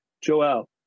Joel